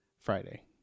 Friday